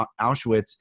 Auschwitz